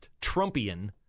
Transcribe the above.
Trumpian